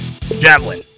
Javelin